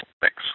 Thanks